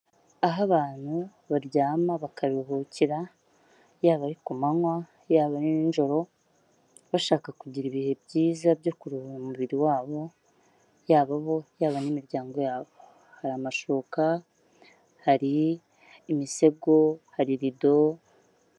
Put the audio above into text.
Aho abantu baryama bakaruhukira yaba ari ku manywa yabo ari ninjoro bashaka kugira ibihe byiza byo kuruhura umubiri wabo yaba bo yaba n'imiryango yabo hari amashuka hari imisego hari rido.